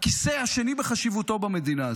הכיסא השני בחשיבותו במדינה הזאת,